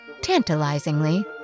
tantalizingly